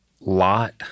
lot